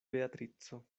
beatrico